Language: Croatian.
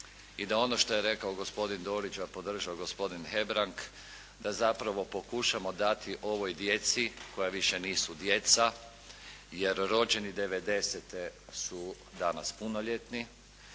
I da ono što je rekao gospodin Dorić, a podržao gospodin Hebrang, da zapravo pokušamo dati ovoj djeci koja više nisu djeca, jer rođeni '90.-te su danas punoljetni,